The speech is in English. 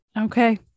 Okay